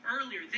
earlier